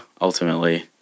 ultimately